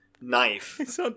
knife